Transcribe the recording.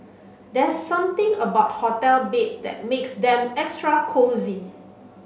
there's something about hotel beds that makes them extra cosy